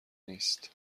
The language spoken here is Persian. نیست